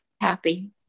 happy